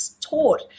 taught